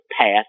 path